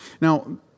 Now